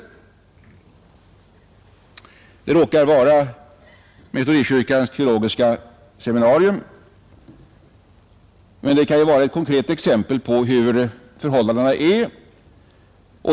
Det råkar handla om Metodistkyrkans teologiska seminarium, men det kan utgöra ett konkret exempel på hur förhållandena är.